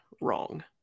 Wrong